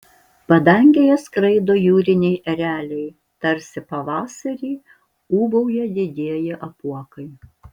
padangėje skraido jūriniai ereliai tarsi pavasarį ūbauja didieji apuokai